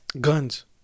Guns